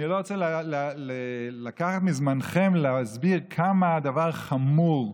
אני לא רוצה לקחת מזמנכם ולהסביר כמה הדבר חמור.